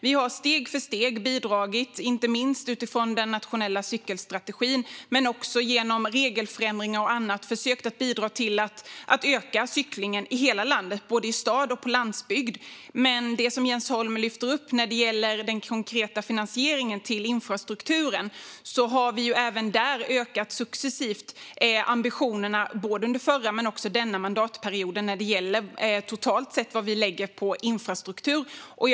Vi har steg för steg bidragit till att öka cyklingen i hela landet, både i stad och på landsbygd. Det har vi gjort inte minst genom den nationella cykelstrategin, regelförändringar och annat. Jens Holm tar upp konkret finansiering av infrastrukturen, och även i det avseendet har vi successivt ökat ambitionerna totalt sett. Det har vi gjort under både förra och den här mandatperioden.